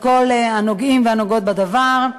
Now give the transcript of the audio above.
לכל הנוגעים והנוגעות בדבר,